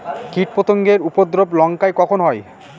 কীটপতেঙ্গর উপদ্রব লঙ্কায় কখন হয়?